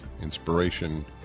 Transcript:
inspiration